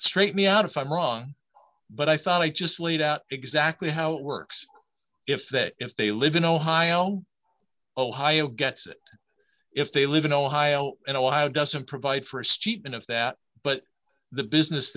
straight me out if i'm wrong but i thought i just laid out exactly how it works if that if they live in ohio ohio gets it if they live in ohio and ohio doesn't provide for a steep enough that but the business